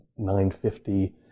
950